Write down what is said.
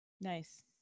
Nice